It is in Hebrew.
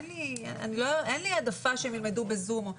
אין לי העדפה שהם ילמדו בזום,